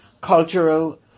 cultural